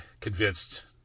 convinced